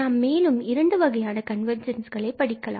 நாம் மேலும் இரண்டு வகையான கன்வர்ஜென்ஸ்களைப்பற்றி படிக்கலாம்